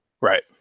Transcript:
Right